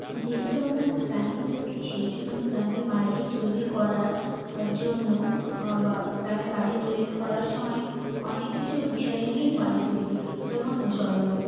যেহেতু আমরা গ্রামে থাকি সেই জন্য গ্রামে বাড়ি তৈরি করার জন্য বা গ্রামে বাড়ি তৈরি করার সময় অনেক কিছু বিষয় নিয়েই বাড়ি তৈরি হয় যেমন জলবায়ু